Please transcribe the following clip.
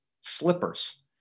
slippers